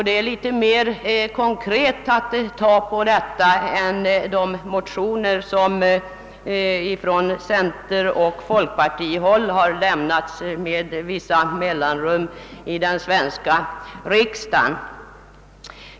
Det är litet mer konkret att ta på detta än de motioner som från centeroch folkpartihåll har väckts med vissa mellanrum i den svenska riksdagen.